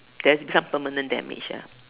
that has become permanent damage ah